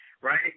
Right